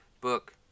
book